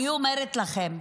אני אומרת לכם,